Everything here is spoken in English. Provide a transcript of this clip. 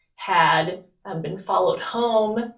had had been followed home,